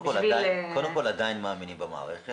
קודם כל, עדיין מאמינים במערכת.